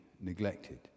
neglected